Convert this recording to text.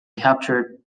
captured